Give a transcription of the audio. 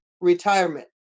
retirement